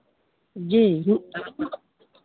जी जी